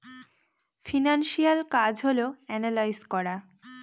financial কাজ হল analyse করা